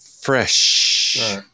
Fresh